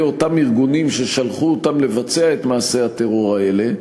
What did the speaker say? אותם ארגונים ששלחו אותם לבצע את מעשי הטרור האלה,